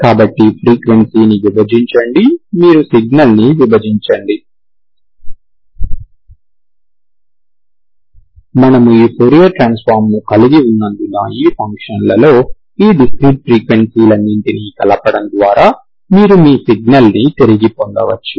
కాబట్టి ఫ్రీక్వెన్సీని విభజించండి మీరు సిగ్నల్ను విభజించండి మనము ఈ ఫోరియర్ ట్రాన్సఫార్మ్ ను కలిగి ఉన్నందున ఈ ఫంక్షన్లలో ఈ డిస్క్రిట్ ఫ్రీక్వెన్సీ లన్నింటినీ కలపడం ద్వారా మీరు మీ సిగ్నల్ను తిరిగి పొందవచ్చు